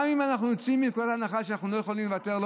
גם אם אנחנו יוצאים מנקודת הנחה שאנחנו לא יכולים לוותר,